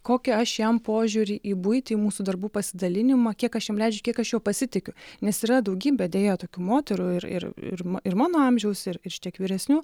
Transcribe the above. kokį aš jam požiūrį į buitį į mūsų darbų pasidalinimą kiek aš jam leidžiu kiek aš juo pasitikiu nes yra daugybė deja tokių moterų ir ir ir ir mano amžiaus ir ir šiek tiek vyresnių